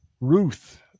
Ruth